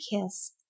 kiss